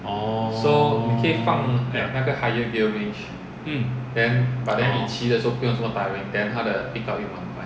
orh ya mm orh